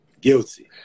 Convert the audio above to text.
Guilty